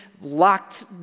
locked